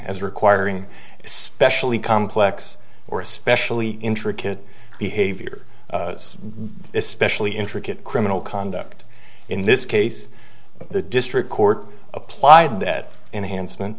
as requiring especially complex or especially intricate behavior especially intricate criminal conduct in this case the district court applied that enhancement